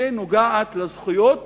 שנוגעת לזכויות